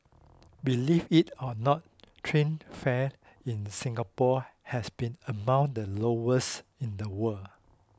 believe it or not train fares in Singapore has been among the lowest in the world